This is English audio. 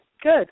good